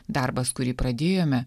darbas kurį pradėjome